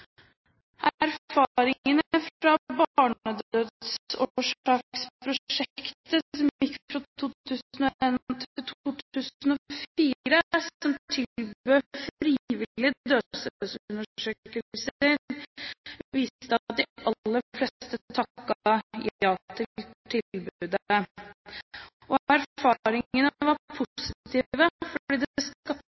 Erfaringene fra Barnedødsårsaksprosjektet, som gikk fra 2001 til 2004, som tilbød frivillige dødsstedsundersøkelser, viste at de aller fleste takket ja til tilbudet. Erfaringene var positive, for